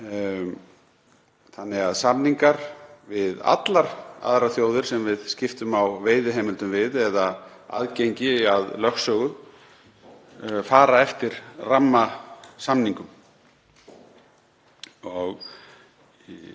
Samningar við allar aðrar þjóðir sem við skiptum á veiðiheimildum við eða aðgengi að lögsögu fara eftir rammasamningum. Ég